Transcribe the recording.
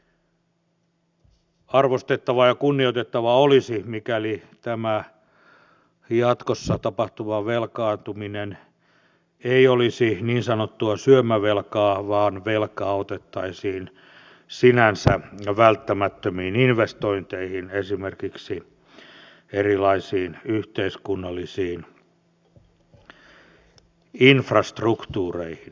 arvostettavaa ja kunnioitettavaa olisi mikäli tämä jatkossa tapahtuva velkaantuminen ei olisi niin sanottua syömävelkaa vaan velkaa otettaisiin sinänsä välttämättömiin investointeihin esimerkiksi erilaisiin yhteiskunnallisiin infrastruktuureihin